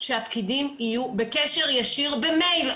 שהפקידים יהיו בקשר ישיר במייל,